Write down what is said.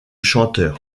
chanteur